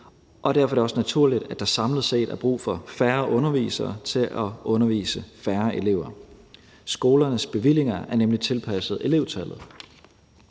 derfor er det også naturligt, at der samlet set er brug for færre undervisere til at undervise færre elever. Skolernes bevillinger er nemlig tilpasset elevtallet.